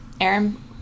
Aaron